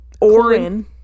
Orin